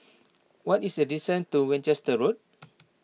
what is the distance to Winchester Road